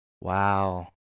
wow